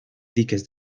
diques